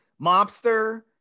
mobster